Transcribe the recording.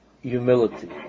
Humility